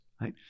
right